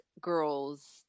girls